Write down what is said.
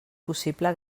possible